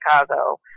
Chicago